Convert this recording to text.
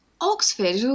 Oxford